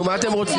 נו, מה אתם רוצים?